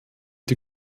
die